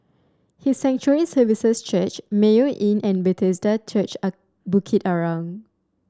His Sanctuary Services Church Mayo Inn and Bethesda Church Bukit Arang